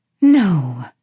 No